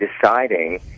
deciding